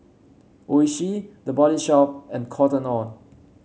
Oishi The Body Shop and Cotton On